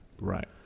Right